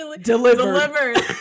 delivered